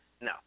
No